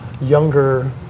younger